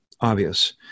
obvious